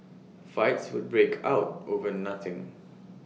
fights would break out over nothing